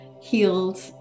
healed